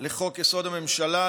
לחוק-יסוד: הממשלה,